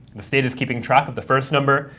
the state is keeping track of the first number.